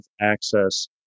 access